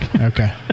Okay